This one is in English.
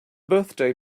birthday